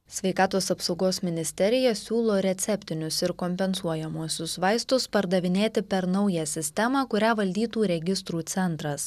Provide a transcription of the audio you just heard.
sveikatos apsaugos ministerija siūlo receptinius ir kompensuojamuosius vaistus pardavinėti per naują sistemą kurią valdytų registrų centras